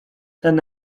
ten